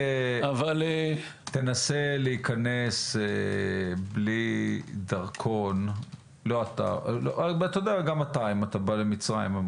נסה להיכנס בלי דרכון, אם אתה בא למצרים.